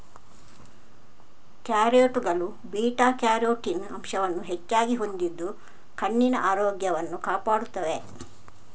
ಕ್ಯಾರೆಟುಗಳು beta carotene ಅಂಶವನ್ನು ಹೆಚ್ಚಾಗಿ ಹೊಂದಿದ್ದು ಕಣ್ಣಿನ ಆರೋಗ್ಯವನ್ನು ಕಾಪಾಡುತ್ತವೆ